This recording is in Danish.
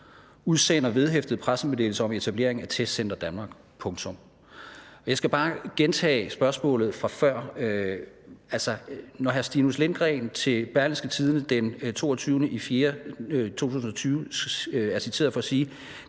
Jeg skal bare gentage spørgsmålet fra før: Når hr. Stinus Lindgreen til Berlingske den 22. april 2020 er citeret for at sige: